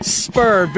spur